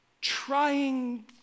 trying